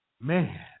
Man